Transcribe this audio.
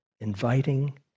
inviting